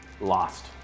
lost